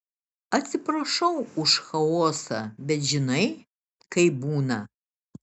atsiprašau už chaosą bet žinai kaip būna